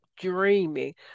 dreaming